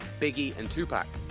biggie and tupac.